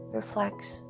reflects